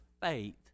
faith